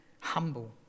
humble